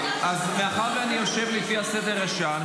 מאחר שאני יושב לפי הסדר הישן,